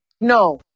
No